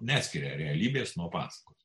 neskiria realybės nuo pasakos